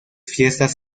fiestas